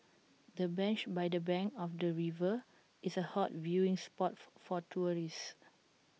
the bench by the bank of the river is A hot viewing spot for tourists